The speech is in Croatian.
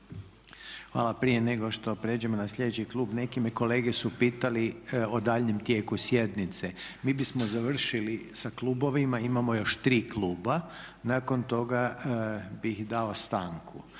Hvala. Prije nego što pređemo na sljedeći klub neki kolege su me pitali o daljnjem tijeku sjednice. Mi bismo završili sa klubovima, imamo još tri kluba, nakon toga bih dao stanku.